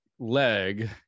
leg